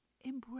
embrace